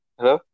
Hello